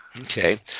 Okay